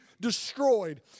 destroyed